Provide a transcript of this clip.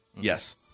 Yes